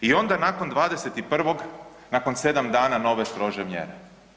I onda nakon 21. nakon 7 dana nove strože mjere.